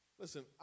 Listen